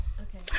Okay